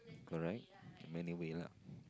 correct many way lah